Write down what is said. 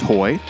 Toy